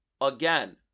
again